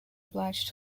obliged